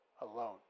alone